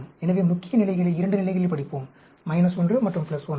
எனவே முக்கிய நிலைகளை 2 நிலைகளில் படிப்போம் மைனஸ் 1 மற்றும் பிளஸ் 1